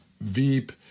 Veep